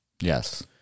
yes